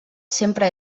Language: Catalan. sempre